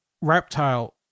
reptile